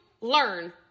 learn